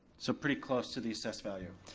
so pretty close to the assessed value.